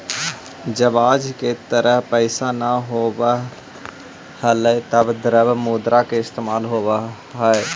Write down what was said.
जब आज की तरह पैसे न होवअ हलइ तब द्रव्य मुद्रा का इस्तेमाल होवअ हई